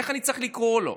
איך אני צריך לקרוא לו?